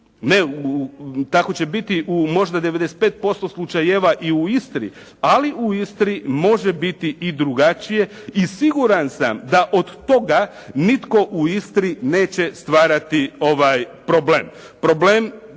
tako će biti u možda 95% slučajeva i u Istri, ali u Istri može biti i drugačije i siguran sam da od toga nitko u Istri neće stvarati problem. Problem